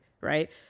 right